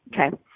Okay